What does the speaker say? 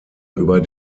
über